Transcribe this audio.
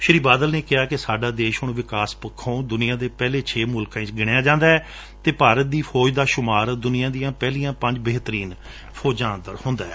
ਸ਼ੀ ਬਾਦਲ ਨੇ ਕਿਹਾ ਕਿ ਸਾਡਾ ਦੇਸ਼ ਹੁਣ ਵਿਕਾਸ ਪੱਖੋ ਦੁਨੀਆ ਦੇ ਪਹਿਲੇ ਛੇ ਮੁਲਕਾਂ ਵਿੱਚ ਆਉਦਾ ਹੈ ਅਤੇ ਭਾਰਤ ਦੀ ਫੌਜ ਦਾ ਸ਼ੁਮਾਰ ਦੁਨੀਆ ਦੀਆਂ ਪਹਿਲੀਆਂ ਪੰਜ ਬੇਹਤਰੀਨ ਫੋਜਾਂ ਵਿੱਚ ਹੁੰਦਾ ਹੈ